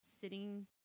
sitting